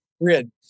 grid